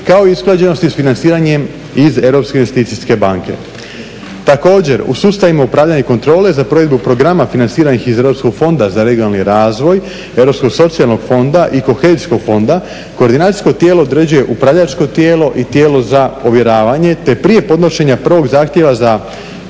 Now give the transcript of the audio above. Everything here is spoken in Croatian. kao i usklađenosti sa financiranjem iz Europske investicijske banke. Također u sustavima upravljanja i kontrole za provedbu programa financiranih iz Europskog fonda za regionalni razvoj, Europsko-socijalnog fonda i Kohezijskog fonda koordinacijsko tijelo određuje upravljačko tijelo i tijelo za ovjeravanje. Te prije podnošenja prvog zahtjeva za